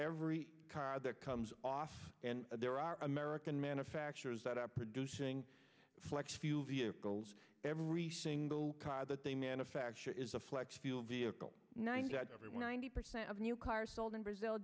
every car that comes off and there are american manufacturers that are producing flex fuel vehicles every single car that they manufacture is a flex fuel vehicle ninety everyone ninety percent of new cars sold in brazil